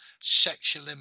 sexual